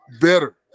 better